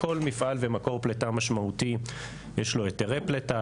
לכל מפעל ומקור פליטה משמעותי יש לו היתרי פליטה,